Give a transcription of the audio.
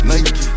Nike